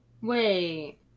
Wait